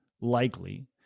likely